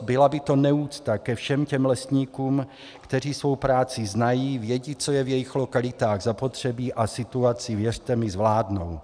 Byla by to neúcta ke všem těm lesníkům, kteří svou práci znají, vědí, co je v jejich lokalitách zapotřebí, a situaci, věřte mi, zvládnou.